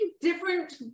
different